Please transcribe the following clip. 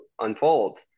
unfold